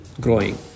growing